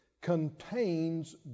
contains